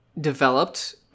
developed